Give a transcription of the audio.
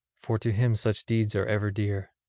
for to him such deeds are ever dear,